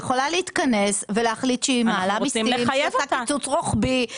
היא יכולה להתכנס ולהחליט שהיא מעלה מסים ועושה קיצוץ רוחבי.